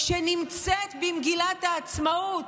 שנמצאת במגילת העצמאות,